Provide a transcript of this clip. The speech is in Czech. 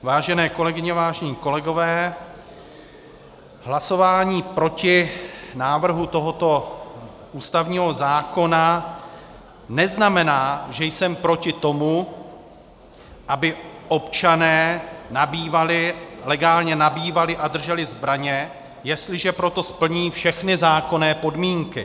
Vážené kolegyně, vážení kolegové, hlasování proti návrhu tohoto ústavního zákona neznamená, že jsem proti tomu, aby občané legálně nabývali a drželi zbraně, jestliže pro to splní všechny zákonné podmínky.